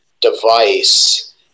device